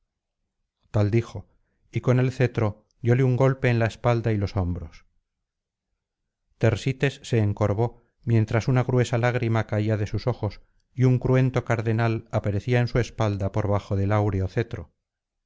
tal dijo y con el cetro dióle un golpe en la espalda y los hombros tersites se encorvó mientras una gruesa lágrima caía de sus ojos y un cruento cardenal aparecía en su espalda por bajo del áureo cetro